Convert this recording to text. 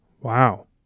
Wow